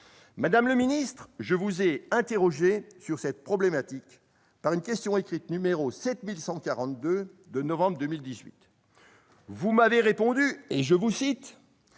Madame le ministre, je vous ai interrogée sur cette problématique par une question écrite n° 7142 au mois de novembre 2018. Vous m'avez répondu, « si